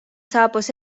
saabus